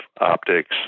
optics